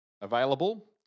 available